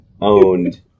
Owned